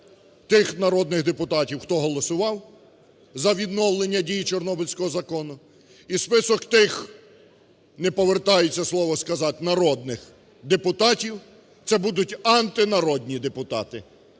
тих народних депутатів, хто голосував за відновлення дії "чорнобильського закону" і список тих (не повертається слово сказать "народних") депутатів (це будуть "антинародні" депутати,